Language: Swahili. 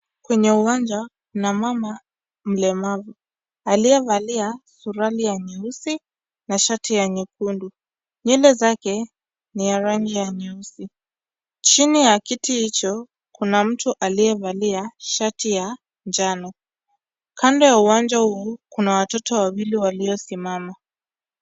Kwenye uwanja, kuna mama mlemavu. Aliyevalia suruali ya nyeusi na shati ya nyekundu. Nywele zake ni ya rangi ya nyeusi. Chini ya kiti hicho, kuna mtu aliyevalia shati ya njano. Kando ya uwanja huu, kuna watoto wawili waliosimama.